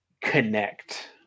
connect